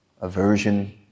Aversion